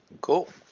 Cool